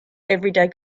everyday